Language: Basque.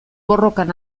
borrokan